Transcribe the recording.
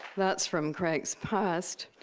that's from crake's past.